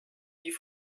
die